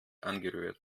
angerührt